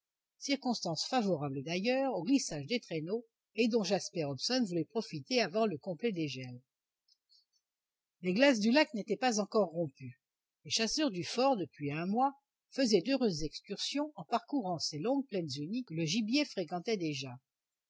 circonstance favorable d'ailleurs au glissage des traîneaux et dont jasper hobson voulait profiter avant le complet dégel les glaces du lac n'étaient pas encore rompues les chasseurs du fort depuis un mois faisaient d'heureuses excursions en parcourant ces longues plaines unies que le gibier fréquentait déjà